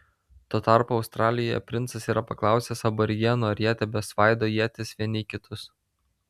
tuo tarpu australijoje princas yra paklausęs aborigenų ar jie tebesvaido ietis vieni į kitus